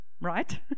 right